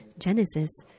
Genesis